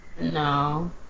No